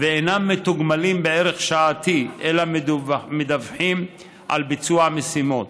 ואינם מתוגמלים בערך שעתי אלא מדווחים על ביצוע המשימות.